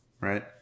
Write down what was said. Right